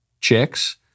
chicks